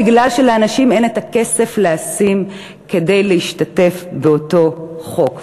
כי לאנשים אין הכסף כדי להשתתף באותו חוק.